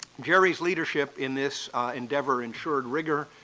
jerry's leadership in this endeavor ensured rigor,